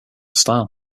style